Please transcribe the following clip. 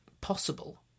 possible